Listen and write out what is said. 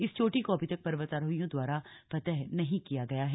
इस चोटी को अभी तक पर्वतारोहियों द्वारा फतह नहीं किया गया है